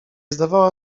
zdawała